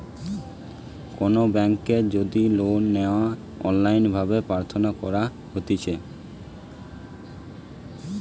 কোনো বেংকের যদি লোন লেওয়া অনলাইন ভাবে প্রার্থনা করা হতিছে